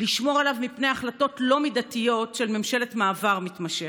לשמור עליו מפני החלטות לא מידתיות של ממשלת מעבר מתמשכת.